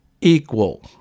equal